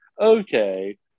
okay